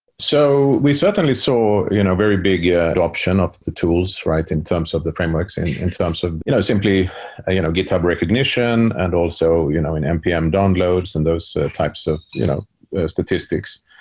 so we certainly saw you know very big adoption of the tools in terms of the frameworks and in terms of you know simply ah you know github recognition and also you know in mpm downloads and those types of you know ah statistics.